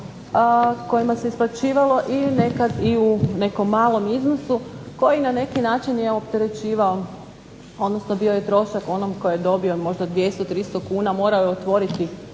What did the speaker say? kojima se isplaćivalo ili nekad i u nekom malom iznosu koji na neki način je opterećivao, odnosno bio je trošak onom tko je dobio možda 200, 300 kuna morao je otvoriti